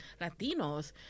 Latinos